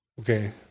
Okay